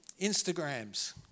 Instagrams